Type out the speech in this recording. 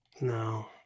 No